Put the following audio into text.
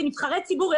כנבחרי ציבור,